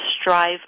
strive